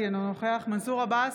אינו נוכח מנסור עבאס,